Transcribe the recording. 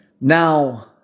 Now